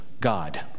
God